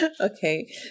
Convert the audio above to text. okay